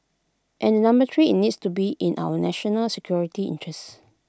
and number three IT needs to be in our national security interests